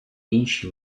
інші